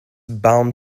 bound